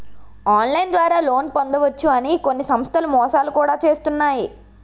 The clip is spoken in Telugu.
ఆన్లైన్ ద్వారా లోన్ పొందవచ్చు అని కొన్ని సంస్థలు మోసాలు కూడా చేస్తున్నాయి